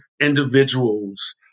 individuals